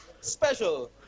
special